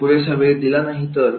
जर पुरेसा वेळ नाही दिला तर